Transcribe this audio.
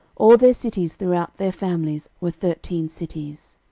all their cities throughout their families were thirteen cities.